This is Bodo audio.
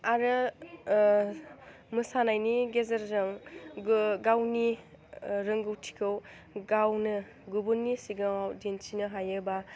आरो मोसानायनि गेजेरजोंबो गावनि रोंगौथिखौ गावनो गुबुननि सिगाङाव दिन्थिनो हायोबा